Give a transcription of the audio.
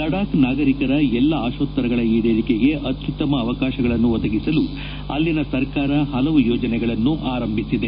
ಲಡಾಖ್ ನಾಗರಿಕರ ಎಲ್ಲಾ ಆರೋತ್ತರಗಳ ಈಡೇರಿಕೆಗೆ ಆರುತ್ತಮ ಅವಕಾಶಗಳನ್ನು ಒದಗಿಸಲು ಅಲ್ಲಿಯ ಸರ್ಕಾರ ಪಲವು ಯೋಜನಗಳನ್ನು ಆರಂಭಿಸಿದೆ